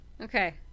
Okay